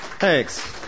Thanks